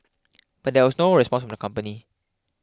but there was no response from the company